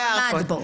העיזבון --- רגע.